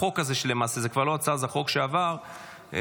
או בעצם החוק שעבר,